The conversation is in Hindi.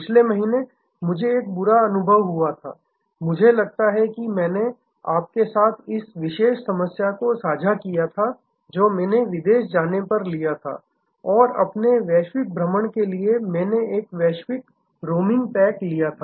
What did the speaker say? पिछले महीने मुझे एक बुरा अनुभव हुआ था मुझे लगता है कि मैंने आपके साथ इस विशेष समस्या को साझा किया था जो मैंने विदेश जाने पर लिया था और अपने वैश्विक भ्रमण के लिए मैंने एक वैश्विक रोमिंग पैक लिया था